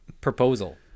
proposal